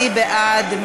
מי בעד?